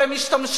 אבל הם משתמשים